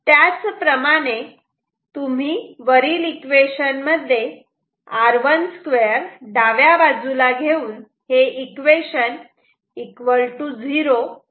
त्याचप्रमाणे तुम्ही वरील इक्वेशन मध्ये डाव्या बाजूला घेऊन हे इक्वेशन इक्वल टू 0 करू शकतात